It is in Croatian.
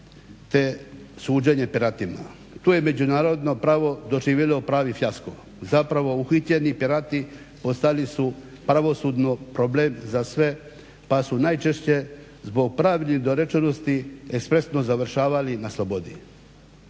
te suđenje piratima. To je međunarodno pravo doživjelo pravi fijasko, zapravo uhićeni pirati ostali su pravosudno problem za sve pa su najčešće zbog pravne dorečenosti ekspresno završavali na slobodi.